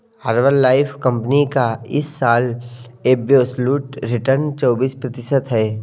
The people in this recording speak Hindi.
हर्बललाइफ कंपनी का इस साल एब्सोल्यूट रिटर्न चौबीस प्रतिशत है